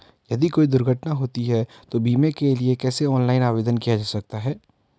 यदि कोई दुर्घटना होती है तो बीमे के लिए कैसे ऑनलाइन आवेदन किया जा सकता है?